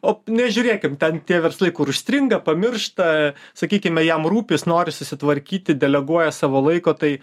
o nežiūrėkim ten tie verslai kur užstringa pamiršta sakykime jam rūpintis nori susitvarkyti deleguoja savo laiko tai